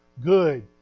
Good